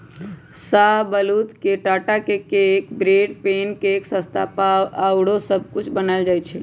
शाहबलूत के टा से cake, bread, pancake, pasta आउरो सब कुछ बनायल जाइ छइ